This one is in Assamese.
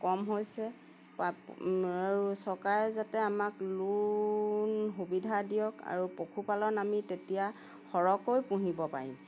কম হৈছে পাপ আৰু চৰকাৰে যাতে আমাক লোন সুবিধা দিয়ক আৰু পশুপালন আমি তেতিয়া সৰহকৈ পুহিব পাৰিম